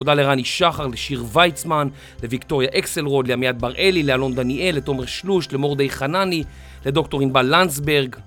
תודה לרני שחר, לשיר ויצמן, לוויקטוריה אקסלרוד, לעמיעד בראלי, לאלון דניאל, לתומר שלוש, למורדי חנני, לדוקטור ענבל לנסברג.